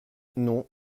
non